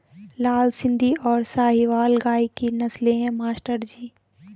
लाल सिंधी और साहिवाल गाय की नस्लें हैं मास्टर जी